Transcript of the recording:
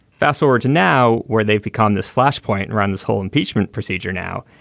fast forward to now where they've become this flash point run this whole impeachment procedure now.